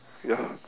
ya